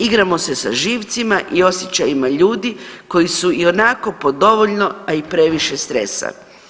Igramo se sa živcima i osjećajima ljudi koji su ionako pod dovoljno a i previše stresa.